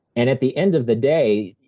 and at the end of the day,